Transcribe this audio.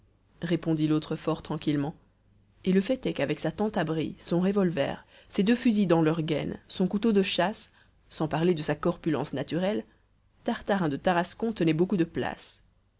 répondit l'autre fort tranquillement et le fait est qu'avec sa tente abri son revolver ses deux fusils dans dans leur gaine son couteau de chasse sans parler de sa corpulence naturelle tartarin de tarascon tenait beaucoup de place